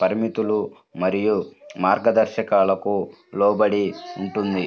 పరిమితులు మరియు మార్గదర్శకాలకు లోబడి ఉంటుంది,